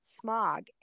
smog